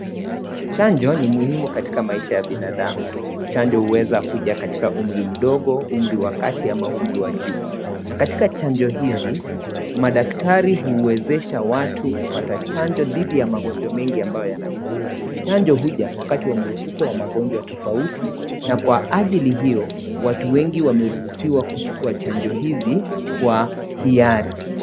Chanjo ni muhimu katika maisha ya binadamu. Chanjo huweza kuja katika umri ndogo, umri wa kati ama umri wa juu. Na katika chanjo hizi, madaktari huwezesha watu kupata chanjo dhidi ya magonjwa mengi. Chanjo huja wakati wa mlipuko wa magonjwa tofauti na kwa ajili hiyo watu wengi wameruhusiwa kuchukua chanjo hizi kwa hiari.